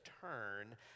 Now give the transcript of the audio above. turn